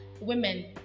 women